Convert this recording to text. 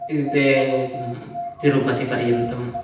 इत्युक्ते किं तिरुपतिपर्यन्तं